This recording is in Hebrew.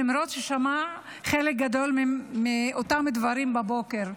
למרות ששמע חלק גדול מאותם דברים בבוקר.